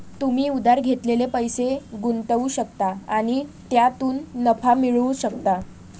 तुम्ही उधार घेतलेले पैसे गुंतवू शकता आणि त्यातून नफा मिळवू शकता